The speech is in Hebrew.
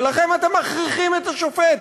ולכן אתם מכריחים את השופט,